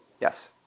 Yes